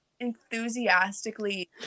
enthusiastically